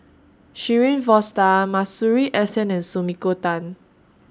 Shirin Fozdar Masuri S N and Sumiko Tan